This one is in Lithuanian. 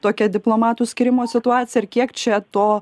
tokia diplomatų skyrimo situacija ir kiek čia to